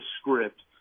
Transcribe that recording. script